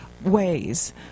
ways